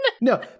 No